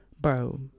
bro